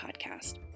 podcast